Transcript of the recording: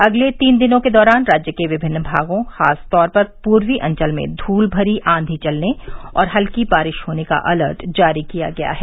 अगले तीन दिनों के दौरान राज्य के विभिन्न भागों खासतौर पर पूर्वी अंचल में धूल भरी आधी चलने और हल्की बारिश होने का अलर्ट जारी किया गया है